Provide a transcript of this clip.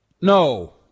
No